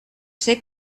ser